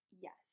Yes